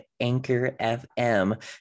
anchor.fm